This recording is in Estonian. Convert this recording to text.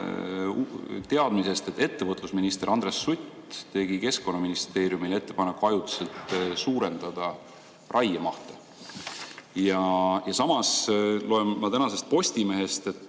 teadmisest, et ettevõtlusminister Andres Sutt tegi Keskkonnaministeeriumile ettepaneku ajutiselt suurendada raiemahte. Ja samas loen ma tänasest Postimehest, et